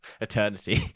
Eternity